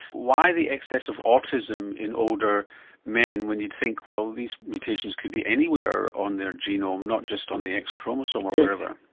why the excess of autism in older men when you'd think well these mutations could be anywhere on their genome not just on the x chromosome or wherever? yes,